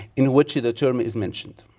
in which the term is mentioned.